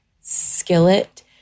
skillet